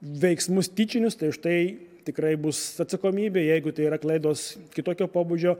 veiksmus tyčinius tai už tai tikrai bus atsakomybė jeigu tai yra klaidos kitokio pobūdžio